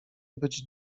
być